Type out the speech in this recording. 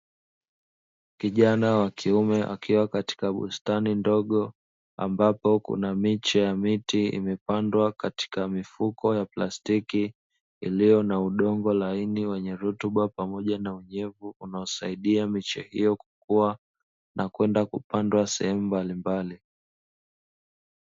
Kijana wa kiume akiwa katika bustani ndogo ambapo kuna miche ya miti imepandwa katika mifuko ya plastiki iliyo na udongo laini wenye rutuba pamoja na unyevu unaosaidia miche hiyo kukua na kwenda kupandwa sehemu mbalimbali.